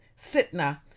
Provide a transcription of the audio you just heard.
Sitna